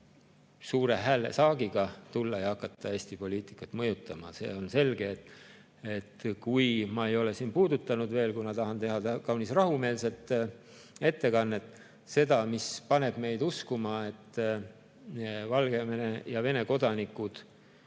suure häälesaagiga tulla ja hakata Eesti poliitikat mõjutama. Ma ei ole puudutanud veel – kuna tahan teha kaunis rahumeelset ettekannet – seda, mis paneb meid uskuma, et Valgevene ja Vene kodanikud